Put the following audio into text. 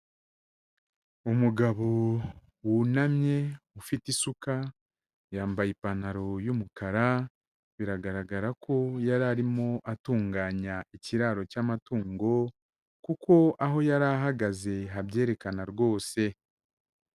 Umugabo wunamye ufite isuka, yambaye ipantaro y'umukara, biragaragara ko yari arimo atunganya ikiraro cy'amatungo, kuko aho yari ahagaze habyerekana rwose.